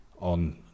on